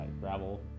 gravel